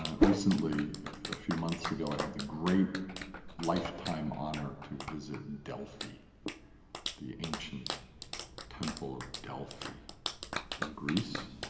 recently, a few months ago, i had the great lifetime honor to visit delphi the ancient temple of delphi in greece.